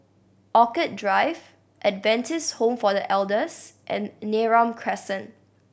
Orchid Drive Adventist Home for The Elders and Neram Crescent